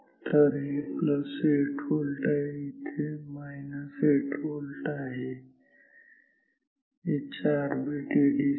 तर हे 8 व्होल्ट आहे इथे 8 व्होल्ट आहे हे 4 बिट एडीसी आहे